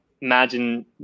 imagine